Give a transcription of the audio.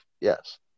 yes